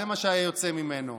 זה מה שהיה יוצא ממנו.